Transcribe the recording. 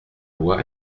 loi